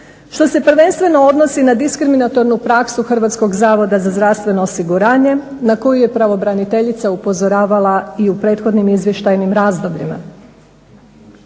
Što se prvenstveno odnosi na diskriminatornu praksu Hrvatskog zavoda za zdravstveno osiguranje na koju je pravobraniteljica upozoravala i u prethodnim izvještajnim razdobljima.